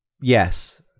yes